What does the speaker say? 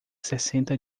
sessenta